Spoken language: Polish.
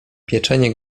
pieczenie